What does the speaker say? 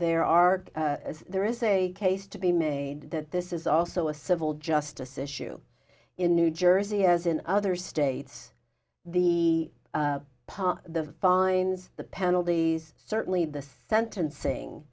there are as there is a case to be made that this is also a civil justice issue in new jersey as in other states the pot the fines the penalties certainly the sentencing